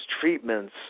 treatments